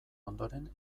ondoren